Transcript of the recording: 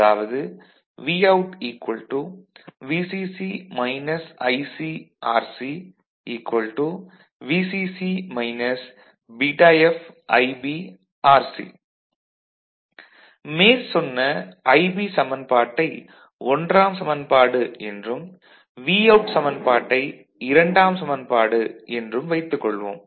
அதாவது Vout VCC ICRC VCC βFIBRC மேற்சொன்ன IB சமன்பாட்டை ஒன்றாம் சமன்பாடு என்றும் Vout சமன்பாட்டை இரண்டாம் சமன்பாடு என்றும் வைத்துகொள்வோம்